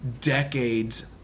decades